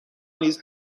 نیز